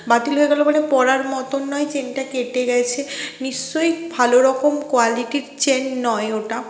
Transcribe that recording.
বাতিল হয়ে গেল মানে পরার মতন নয় চেনটা কেটে গেছে নিশ্চয়ই ভালো রকম কোয়ালিটির চেন নয় ওটা